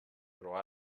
però